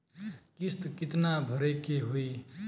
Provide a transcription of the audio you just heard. किस्त कितना भरे के होइ?